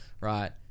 right